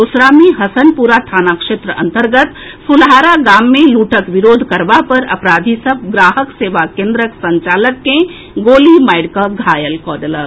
समस्तीपुरक रोसड़ा मे हसनपुर थाना क्षेत्र अंतर्गत फुलहारा गाम मे लूटक विरोध करबा पर अपराधी सभ ग्राहक सेवा केन्द्रक संचालक के गोली मारिकऽ घायल कऽ देलक